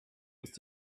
ist